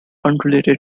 unrelated